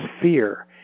fear